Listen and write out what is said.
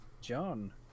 John